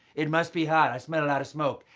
it must be hot. i smell a lot of smoke.